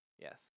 Yes